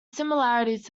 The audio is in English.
similarities